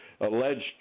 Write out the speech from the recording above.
alleged